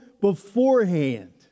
beforehand